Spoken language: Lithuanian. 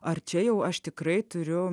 ar čia jau aš tikrai turiu